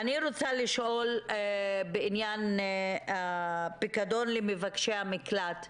אני רוצה לשאול בעניין הפיקדון למבקשי מקלט.